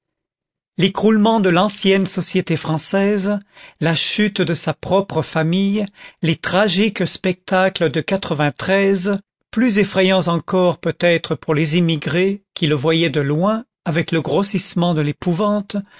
l'écroulement de l'ancienne société française la chute de sa propre famille les tragiques spectacles de plus effrayants encore peut-être pour les émigrés qui les voyaient de loin avec le grossissement de l'épouvante